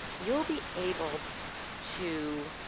you'll be able to.